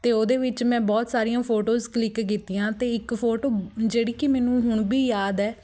ਅਤੇ ਉਹਦੇ ਵਿੱਚ ਮੈਂ ਬਹੁਤ ਸਾਰੀਆਂ ਫੋਟੋਜ਼ ਕਲਿੱਕ ਕੀਤੀਆਂ ਅਤੇ ਇੱਕ ਫੋਟੋ ਜਿਹੜੀ ਕਿ ਮੈਨੂੰ ਹੁਣ ਵੀ ਯਾਦ ਹੈ